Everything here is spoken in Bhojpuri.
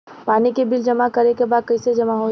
पानी के बिल जमा करे के बा कैसे जमा होई?